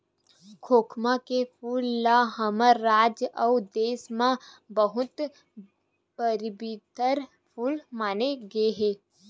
खोखमा के फूल ल हमर राज अउ देस म बहुत पबित्तर फूल माने गे हे